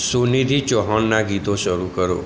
સુનિધિ ચૌહાણના ગીતો શરુ કરો